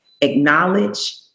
acknowledge